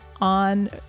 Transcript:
on